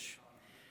יש.